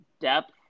depth